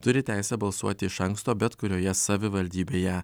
turi teisę balsuoti iš anksto bet kurioje savivaldybėje